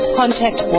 contact